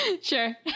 Sure